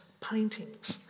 paintings